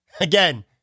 Again